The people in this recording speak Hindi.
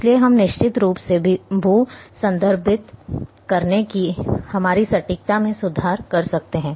इसलिए हम निश्चित रूप से भू संदर्भित करने की हमारी सटीकता में सुधार कर सकते हैं